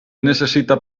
necessita